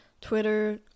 twitter